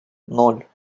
ноль